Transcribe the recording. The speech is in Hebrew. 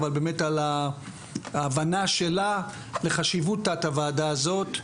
אבל באמת על ההבנה שלה לחשיבות תת הוועדה הזאת,